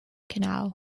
canal